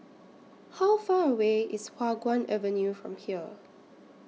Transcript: How Far away IS Hua Guan Avenue from here